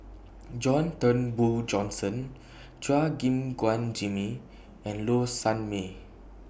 John Turnbull Thomson Chua Gim Guan Jimmy and Low Sanmay